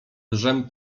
dżem